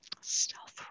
Stealth